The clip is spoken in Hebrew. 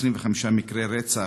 25 מקרי רצח,